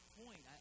point